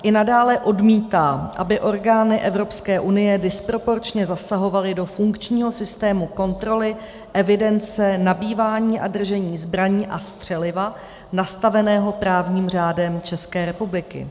I. i nadále odmítá, aby orgány Evropské unie disproporčně zasahovaly do funkčního systému kontroly, evidence, nabývání a držení zbraní a střeliva nastaveného právním řádem České republiky;